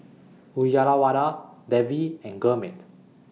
Uyyalawada Devi and Gurmeet